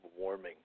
warming